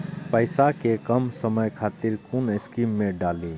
पैसा कै कम समय खातिर कुन स्कीम मैं डाली?